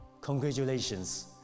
congratulations